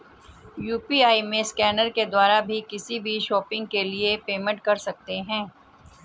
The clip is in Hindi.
यू.पी.आई में स्कैनर के द्वारा भी किसी भी शॉपिंग के लिए पेमेंट कर सकते है